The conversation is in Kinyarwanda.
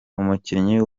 umukinnyi